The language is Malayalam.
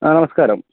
ആ നമസ്കാരം